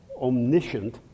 omniscient